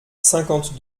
cinquante